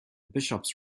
bishops